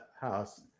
house